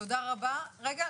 רגע,